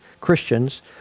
Christians